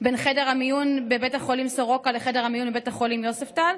בין חדר המיון בבית החולים סורוקה לבין חדר המיון בבית החולים יוספטל.